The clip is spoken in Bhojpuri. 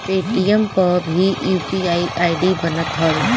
पेटीएम पअ भी यू.पी.आई आई.डी बनत हवे